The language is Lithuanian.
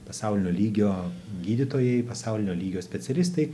pasaulinio lygio gydytojai pasaulinio lygio specialistai